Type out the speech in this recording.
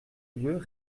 lieux